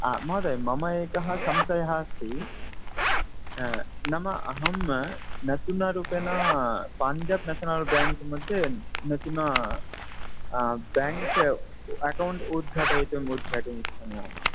हा महोदय मम एकः संशयः अस्ति नाम अहं नूतना रूपेण पाञ्जाब् नेष्नल् बेङ्क् मध्ये नूतना बेङ्क् अकौण्ट् उद्घाटयितुम् उद्घाटयितुमिच्छामि आम् आम्